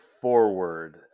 forward